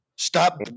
Stop